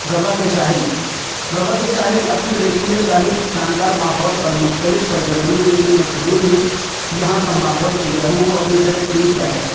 گوا کے ساحل گوا کے ساحل اپنے ریتیلے ساحل شاندار ماحول اور مختلف سرگرمیوں کے لیے مشہور ہیں یہاں کا ماحول سیاحوں کو اپنی طرف کھینچتا ہے